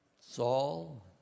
Saul